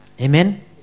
Amen